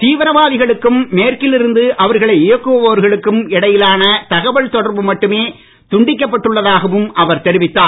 தீவிரவாதிகளுக்கும் மேற்கில் இருந்து அவர்களை இயக்குபவர்களுக்கும் இடையிலான தகவல் தொடர்பு மட்டுமே துண்டிக்கப்பட்டுள்ளதாகவும் அவர் தெரிவித்தார்